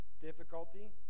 difficulty